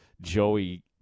Joey